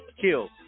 kill